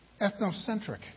ethnocentric